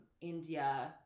India